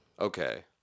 okay